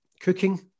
cooking